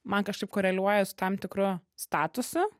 man kažkaip koreliuoja su tam tikru statusu